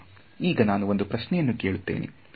ಈಗ ನಾನು ಒಂದು ಪ್ರಶ್ನೆಯನ್ನು ಕೇಳುತ್ತೇನೆ